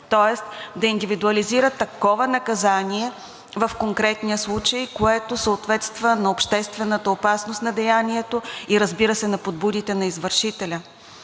тоест да индивидуализира такова наказание в конкретния случай, което съответства на обществената опасност на деянието и разбира се, на подбудите на извършителя.